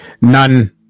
None